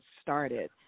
started